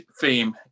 theme